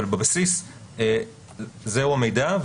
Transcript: אבל בבסיס זה הוא המידע.